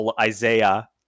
Isaiah